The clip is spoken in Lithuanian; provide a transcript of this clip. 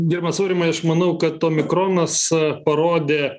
gerbiamas aurimai aš manau kad omikronas parodė